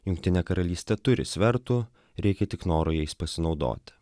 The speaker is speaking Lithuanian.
jungtinė karalystė turi svertų reikia tik noro jais pasinaudoti